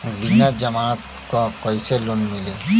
बिना जमानत क कइसे लोन मिली?